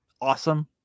awesome